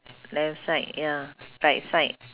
left side ya right side